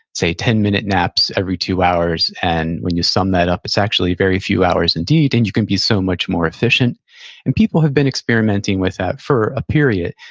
say, ten minute naps every two hours? and when you sum that up, it's actually very few hours indeed, and you can be so much more efficient and people have been experimenting with that for a period.